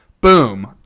Boom